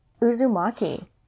Uzumaki